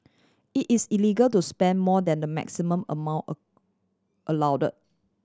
it is illegal to spend more than the maximum amount allowed